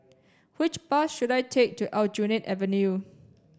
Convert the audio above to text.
which bus should I take to Aljunied Avenue